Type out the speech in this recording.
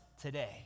today